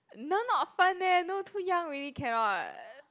that one not fun leh no too young already cannot